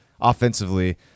offensively